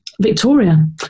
Victoria